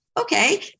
okay